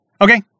Okay